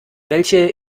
welche